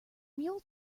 mule